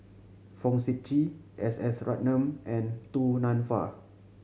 Fong Sip Chee S S Ratnam and Du Nanfa